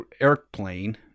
airplane